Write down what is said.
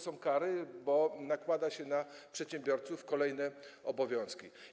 Są kary, bo nakłada się na przedsiębiorców kolejne obowiązki.